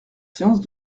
séance